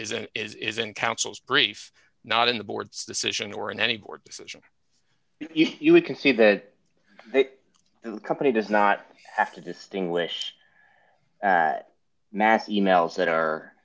it isn't councils brief not in the board's decision or in any board decision you can see that the company does not have to distinguish math e mails that